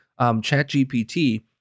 ChatGPT